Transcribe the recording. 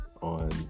on